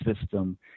system